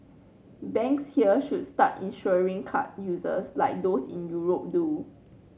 banks here should start insuring card users like those in Europe do